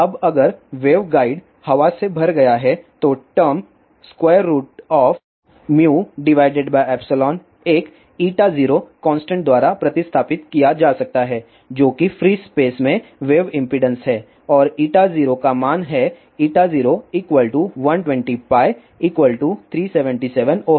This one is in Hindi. अब अगर वेवगाइड हवा से भर गया है तो टर्म एक 0 कांस्टेंट द्वारा प्रतिस्थापित किया जा सकता है जो फ्री स्पेस में वेव इम्पीडेन्स है और 0 का मान है 0 120π 377